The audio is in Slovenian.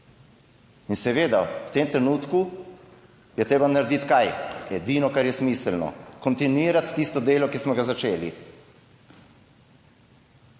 In seveda v tem trenutku je treba narediti - kaj? - edino, kar je smiselno: kontinuirati tisto delo, ki smo ga začeli.